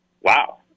Wow